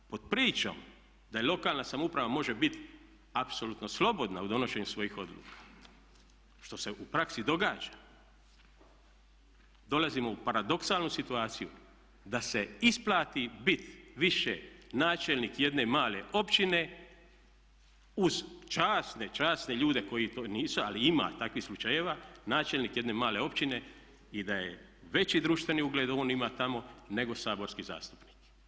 Pod pričom da lokalna samouprava može bit apsolutno slobodna u donošenju svojih odluka što se u praksi događa, dolazimo u paradoksalnu situaciju da se isplati bit više načelnik jedne male općine uz časne, časne ljude koji to nisu, ali ima takvih slučajeva, načelnik jedne male općine i da je veći društveni ugled on ima tamo nego saborski zastupnik.